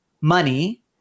money